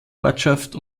ortschaft